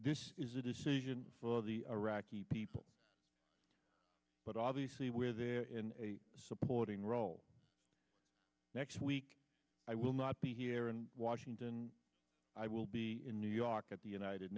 this is a decision for the iraqi people but obviously we're there in a supporting role next week i will not be here in washington i will be in new york at the united